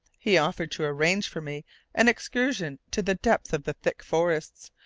he offered to arrange for me an excursion to the depths of the thick forests,